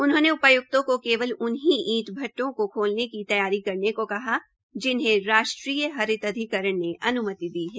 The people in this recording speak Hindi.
उन्होंने उपाय्क्तों को केवल उन्ही ईंट भद्वों को खोलने की तैयारी करने को कहा जिनहे राष्ट्रीय हरित अधिकरण ने अन्मति दी है